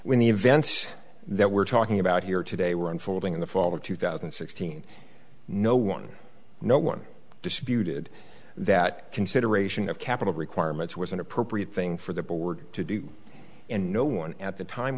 when the events that we're talking about here today were unfolding in the fall of two thousand and sixteen no one no one disputed that consideration of capital requirements was an appropriate thing for the board to do and no one at the time